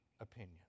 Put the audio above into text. opinion